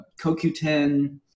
CoQ10